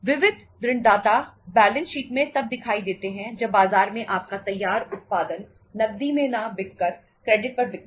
विविध ऋणदाता balance sheet में तब दिखाई देते हैं जब बाजार में आपका तैयार उत्पादन नकदी में ना बिक कर क्रेडिट पर बिकता है